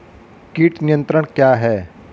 कीट नियंत्रण क्या है?